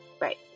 right